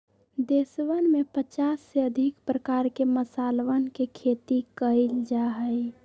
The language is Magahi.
देशवन में पचास से अधिक प्रकार के मसालवन के खेती कइल जा हई